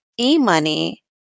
E-money